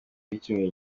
w’icyumweru